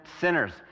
Sinners